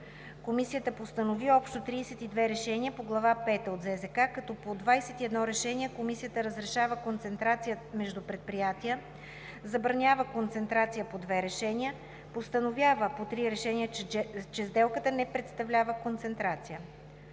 Комисията постанови общо 32 решения по Глава пета от ЗЗК, като по 21 решения Комисията разрешава концентрация между предприятия, забранява концентрация по две решения, постановява по три решения, че сделката не представлява концентрация.